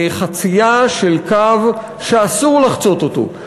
חצייה של קו שאסור לחצות אותו,